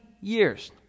years